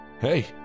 Hey